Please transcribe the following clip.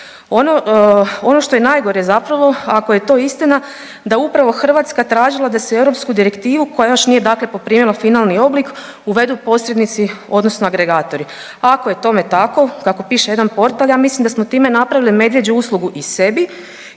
ono što je najgore zapravo ako je to istina da upravo Hrvatska tražila da se europsku direktivu koja još nije dakle poprimila finalni oblik uvedu posrednici odnosno agregatori. Ako je tome tako kako piše jedan portal ja mislim da smo time napravili medvjeđu usluga i sebi